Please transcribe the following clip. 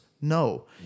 No